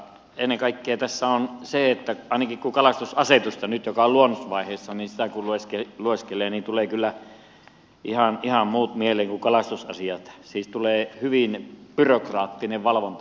ennen kaikkea tässä on se että ainakin kun lueskelee kalastusasetusta joka on nyt luonnosvaiheessa niin tulee kyllä ihan muut mieleen kuin kalastusasiat siis tulee hyvin byrokraattinen valvonta